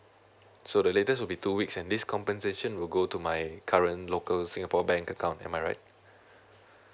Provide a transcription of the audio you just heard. so the latest will be two weeks and this compensation will go to my current local singapore bank account am I right